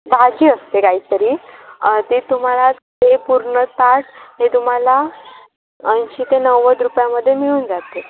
भाजी असते काहीतरी ते तुम्हाला ते पूर्ण ताट ते तुम्हाला ऐंशी ते नव्वद रुपयामध्ये मिळून जाते